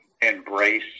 embrace